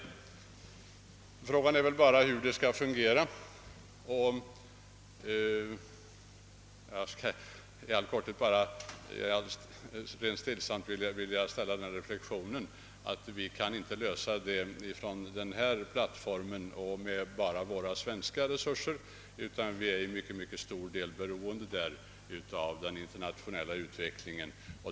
Frågan är bara hur det skall fungera. Jag vill här helt stillsamt göra den reflexionen, att vi inte kan lösa frågan från denna plattform och med bara svenska resurser. Vi är också beroende av den internationella utvecklingen.